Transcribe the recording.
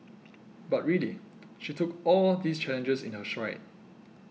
but really she took all these challenges in her stride